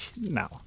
No